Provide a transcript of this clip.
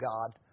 God